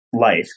life